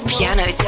Piano